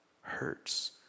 hurts